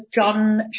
John